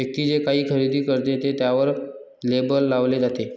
व्यक्ती जे काही खरेदी करते ते त्यावर लेबल लावले जाते